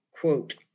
quote